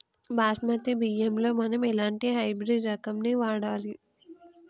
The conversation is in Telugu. బాస్మతి బియ్యంలో మనం ఎలాంటి హైబ్రిడ్ రకం ని వాడాలి?